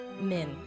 Min